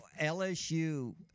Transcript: LSU